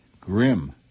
grim